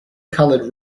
coloured